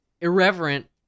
irreverent